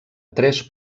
tres